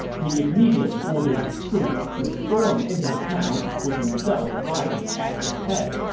he immediately ordered his troops to storm into the town, with himself riding at their head.